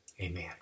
Amen